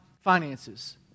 finances